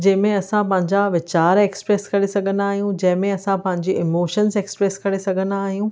जंहिं में असां पंहिंजा वीचार एक्सप्रेस करे सघंदा आहियूं जंहिं में असां पंहिंजी इमोशंस एक्सप्रेस करे सघंदा आहियूं